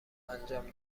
انجام